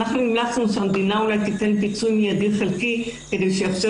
אנחנו המלצנו שהמדינה תיתן פיצוי מיידי חלקי כדי שיאפשר